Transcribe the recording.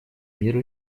мира